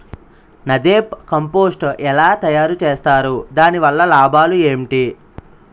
NADEP compost ఎలా తయారు చేస్తారు? దాని వల్ల లాభాలు ఏంటి?